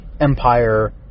Empire